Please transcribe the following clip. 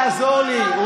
תאמין לי, פעמיים.